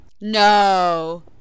No